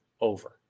over